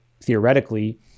theoretically